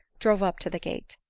drove up to the gate.